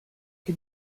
che